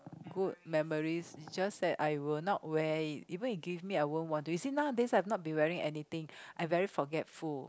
good memories it's just that I will not wear it even you give me I won't want to you see nowadays I've not been wearing anything I very forgetful